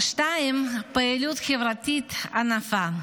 דבר שני, פעילות חברתית ענפה,